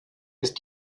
ist